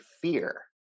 fear